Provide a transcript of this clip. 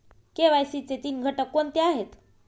KYC चे तीन घटक कोणते आहेत?